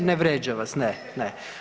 Ne vrijeđa vas, ne, ne.